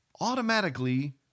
Automatically